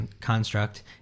construct